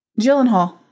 Gyllenhaal